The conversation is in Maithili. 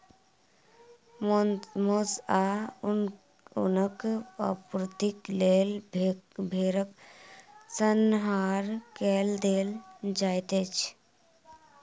मौस आ ऊनक आपूर्तिक लेल भेड़क संहार कय देल जाइत अछि